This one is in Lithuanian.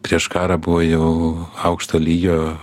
prieš karą buvo jau aukšto lygio